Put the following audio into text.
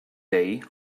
day